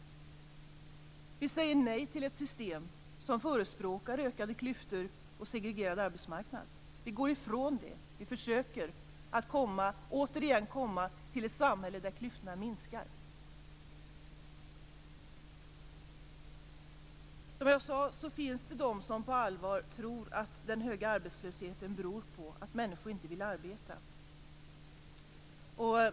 Vi säger nej till ett system som förespråkar ökade klyftor och en segregerad arbetsmarknad. Vi går ifrån det, och vi försöker att återigen komma till ett samhälle där klyftorna minskar. Jag sade att det finns de som på allvar tror att den höga arbetslösheten beror på att människor inte vill arbeta.